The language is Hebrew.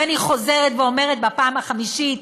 ואני חוזרת ואומרת בפעם חמישית,